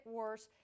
worse